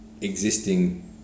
existing